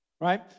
right